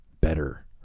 better